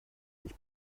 sich